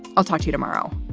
i'll talk to you tomorrow